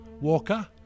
Walker